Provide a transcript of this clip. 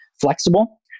flexible